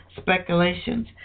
speculations